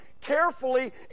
carefully